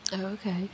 okay